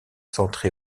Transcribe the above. centré